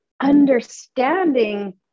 understanding